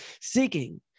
Seeking